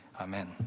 Amen